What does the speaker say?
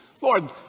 Lord